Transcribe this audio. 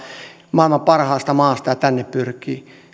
maailman parhaasta maasta ja tänne pyrkii